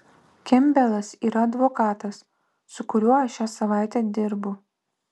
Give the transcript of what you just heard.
kempbelas yra advokatas su kuriuo aš šią savaitę dirbu